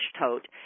tote